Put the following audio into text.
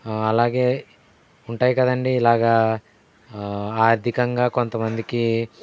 అలాగే ఉంటాయి కదండి ఇలాగా ఆర్థికంగా కొంత మందికి